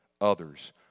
others